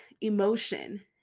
emotion